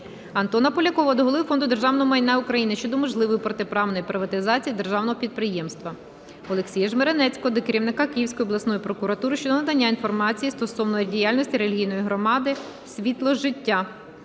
Антона Полякова до Голови Фонду державного майна України щодо можливої протиправної приватизації державного підприємства. Олексія Жмеренецького до керівника Київської обласної прокуратури щодо надання інформації стосовно діяльності релігійної громади "Світло життя".